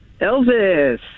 Elvis